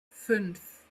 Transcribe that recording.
fünf